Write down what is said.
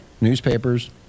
newspapers